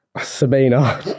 Sabina